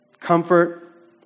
comfort